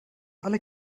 alle